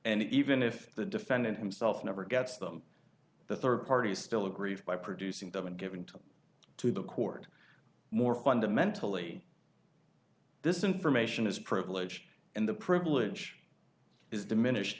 and even if the defendant himself never gets them the third party is still aggrieved by producing them and given to them to the court more fundamentally this information is privileged and the privilege is diminished